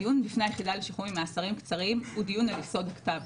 הדיון בפני היחידה לשחרור ממאסרים קצרים הוא דיון על יסוד הכתב,